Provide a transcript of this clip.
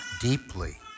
deeply